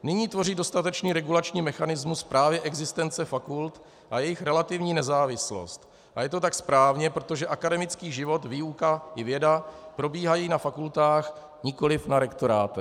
Nyní tvoří dostatečný regulační mechanismus právě existence fakult a jejich relativní nezávislost a je to tak správně, protože akademický život, výuka i věda probíhají na fakultách, nikoli na rektorátech.